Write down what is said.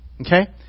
Okay